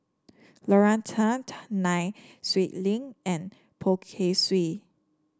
Lorna Tan Nai Swee Leng and Poh Kay Swee